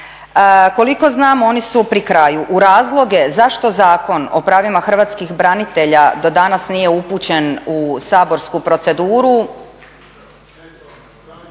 Koliko znam oni su pri kraju. U razloge zašto Zakon o pravima hrvatskih branitelja do danas nije upućen u saborsku proceduru…